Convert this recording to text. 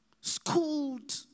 schooled